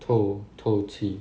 透透气